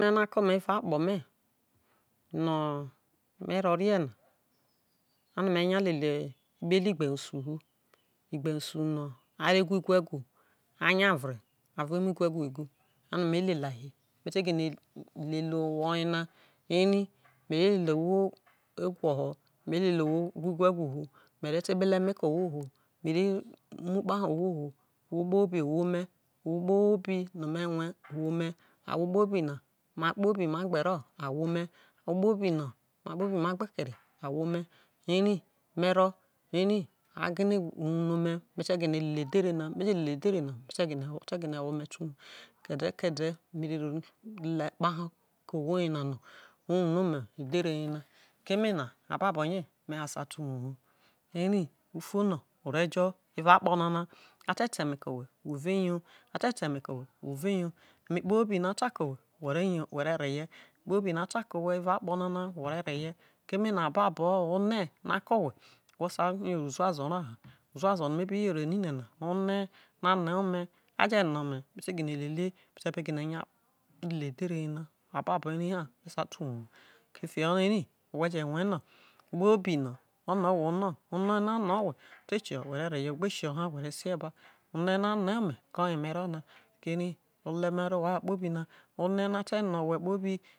One no ako ome evao akpo me no me ro rie na me nya lele ekpele igbensu hu igbensu no a re guegu a nya vre ave muo iguegu e gu ano me lelia hi me te gine lele owo yene eri me re lele owho gwo ho mere ta ekpele me re lele guigwe gu hu me re ta ekpele eme erume ro eriagine wune ome m te gine le edhere na me tw leedhere na me gine ote gine wo ome te uwo kede kede me re ro le kpsho ohwo yina no ne ome fio edhere yena keme na avabo ye me ha sa te uwo wo ere ufono o rer jo evao akpo na ate ta eme ke owhe we ve yo ate ta eme ke owhe we ve yo eme kpobi no ata keo whe lve re ye eme kpobi no a tra ke lowhe evao akponana were reye keme na ababo one no a ke owe we re sai yere uzuazo ra hauzuazo no me bi yere ni ne na one no ane ome a jane omeno mef gine lelie ofe be gine nyaieedhere yena ababoeri na me sa te uwo ho kofio eri whe je rue no kpobi no one owhe one one no a ne owhe ete kieho ha whe re sie bu one na ano ome ko oye me ro na ke eri ole me ro owhu akponi na one no a te no owhe kpobi